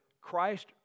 Christ